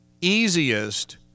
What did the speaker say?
easiest